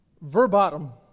verbatim